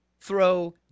throw